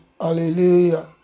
hallelujah